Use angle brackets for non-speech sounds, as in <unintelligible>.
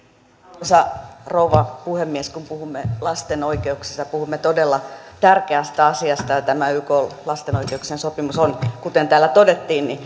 arvoisa rouva puhemies kun puhumme lasten oikeuksista puhumme todella tärkeästä asiasta ja tämä ykn lapsen oikeuksien sopimus on kuten täällä todettiin <unintelligible>